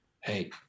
hey